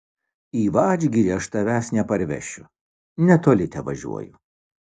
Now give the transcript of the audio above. į vadžgirį aš tavęs neparvešiu netoli tevažiuoju